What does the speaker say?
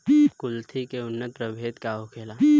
कुलथी के उन्नत प्रभेद का होखेला?